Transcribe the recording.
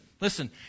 listen